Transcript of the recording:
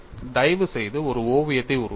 தயவுசெய்து ஒரு ஓவியத்தை உருவாக்கவும்